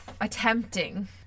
attempting